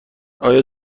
آیا